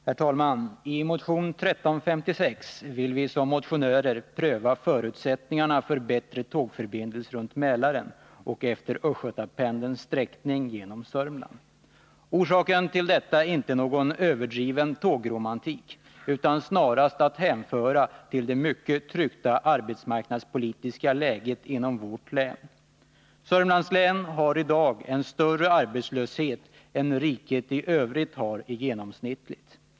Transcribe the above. Herr talman! I motion 1356 vill vi pröva förutsättningarna för bättre tågförbindelse runt Mälaren och utefter Östgötapendelns sträckning genom Södermanland. Orsaken är inte någon överdriven tågromantik, utan snarast det mycket tryckta arbetsmarknadspolitiska läget inom vårt län. Södermanlands län har större arbetslöshet än riket i övrigt har i genomsnitt.